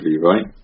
right